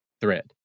thread